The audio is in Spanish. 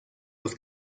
los